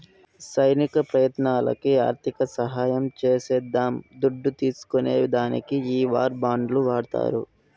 సైనిక ప్రయత్నాలకి ఆర్థిక సహాయం చేసేద్దాం దుడ్డు తీస్కునే దానికి ఈ వార్ బాండ్లు వాడతారు